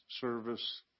service